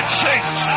change